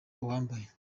uwambaye